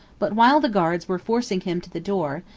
but while the guards were forcing him to the door,